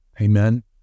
Amen